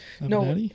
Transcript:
No